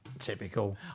typical